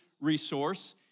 resource